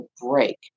break